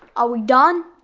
are we done?